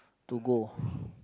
to go